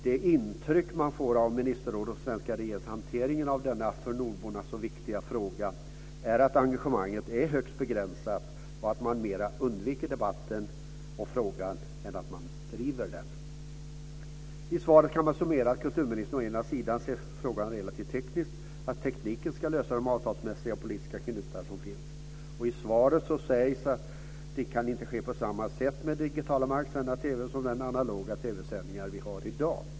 Det intryck man får av ministerrådets och den svenska regeringens hantering av denna för nordborna så viktiga fråga är att engagemanget är högst begränsat och att man mer undviker debatten och frågan än man driver den. I svaret kan man summera att kulturministern ser frågan relativt tekniskt. Tekniken ska lösa de avtalsmässiga och politiska knutar som finns. I svaret sägs att det inte kan ske på samma sätt med den digitala marksända TV:n som med de analoga TV-sändningar vi har i dag.